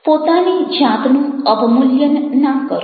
પોતાની જાતનું અવમૂલ્યન ના કરો